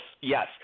Yes